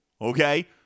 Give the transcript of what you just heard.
okay